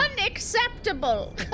unacceptable